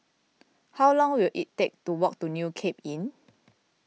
how long will it take to walk to New Cape Inn